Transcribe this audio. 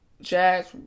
Jazz